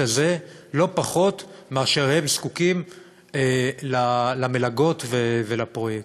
הזה לא פחות מאשר הם זקוקים למלגות ולפרויקט.